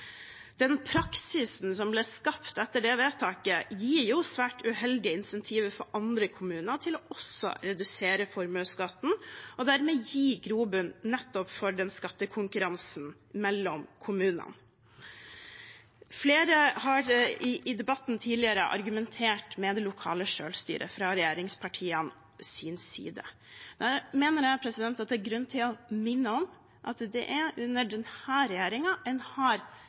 Den praksisen som ble skapt etter det vedtaket, gir svært uheldige insentiver for andre kommuner til også å redusere formuesskatten, og dermed gi grobunn nettopp for en skattekonkurranse mellom kommunene. Flere fra regjeringspartiene har i debatten tidligere argumentert med det lokale selvstyret. Da mener jeg det er grunn til å minne om at det er under denne regjeringen en systematisk har